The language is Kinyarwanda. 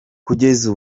kugeza